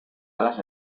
alas